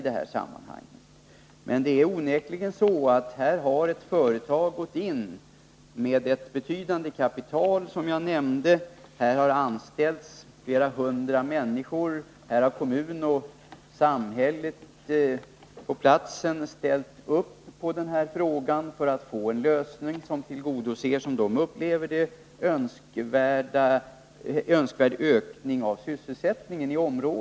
Här har, som jag nämnde, ett företag onekligen gått in med ett betydande kapital. Det har anställts hundratals människor, ,och kommunen har ställt upp för att få en lösning, som enligt vederbörandes mening innebär en önskvärd ökning av sysselsättningen.